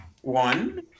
one